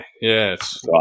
Yes